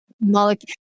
molecule